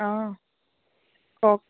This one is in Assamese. অঁ কওক